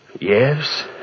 Yes